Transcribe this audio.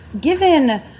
given